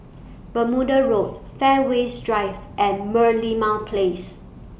Bermuda Road Fairways Drive and Merlimau Place